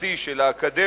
ממלכתי של אקדמיה,